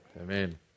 Amen